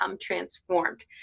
transformed